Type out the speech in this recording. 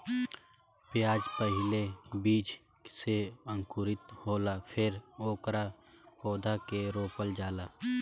प्याज पहिले बीज से अंकुरित होला फेर ओकरा पौधा के रोपल जाला